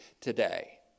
today